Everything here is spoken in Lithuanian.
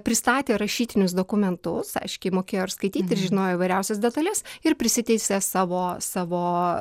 pristatė rašytinius dokumentus aiškiai mokėjo ir skaityti ir žinojo įvairiausias detales ir prisiteisė savo savo